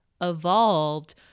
evolved